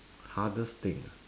hardest thing ah